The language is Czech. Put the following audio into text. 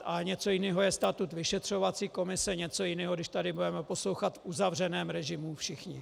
A něco jiného je statut vyšetřovací komise, něco jiného je, když tady budeme poslouchat v uzavřeném režimu všichni.